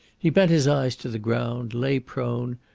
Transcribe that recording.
he bent his eyes to the ground, lay prone,